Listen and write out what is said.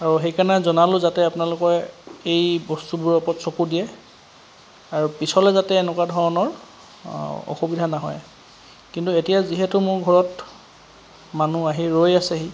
আৰু সেইকাৰণে জনালোঁ যাতে আপোনালোকৰ এই বস্তুবোৰৰ ওপৰত চকু দিয়ে আৰু পিছলৈ যাতে এনেকুৱা ধৰণৰ অসুবিধা নহয় কিন্তু এতিয়া যিহেতু মোৰ ঘৰত মানুহ আহি ৰৈ আছেহি